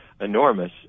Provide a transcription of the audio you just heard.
enormous